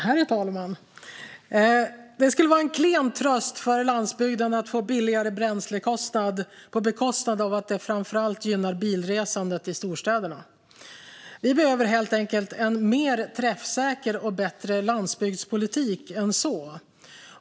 Herr talman! Det skulle vara en klen tröst för landsbygden att få billigare bränsle på bekostnad av att det framför allt gynnar bilresandet i storstäderna. Vi behöver en mer träffsäker och bättre landsbygdspolitik än så.